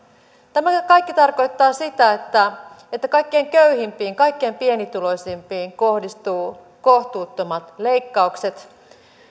tämä kaikki tarkoittaa sitä että että kaikkein köyhimpiin kaikkein pienituloisimpiin kohdistuu kohtuuttomat leikkaukset